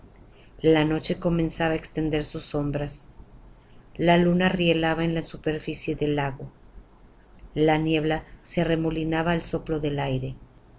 la noche comenzaba á extender sus sombras la luna rielaba en la superficie del lago la niebla se arremolinaba al soplo del aire